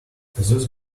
those